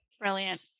Brilliant